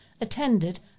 attended